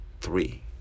three